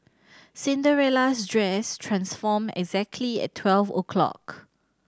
Cinderella's dress transformed exactly at twelve o' clock